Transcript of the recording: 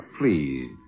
Please